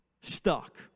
stuck